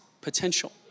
potential